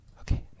Okay